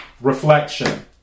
Reflection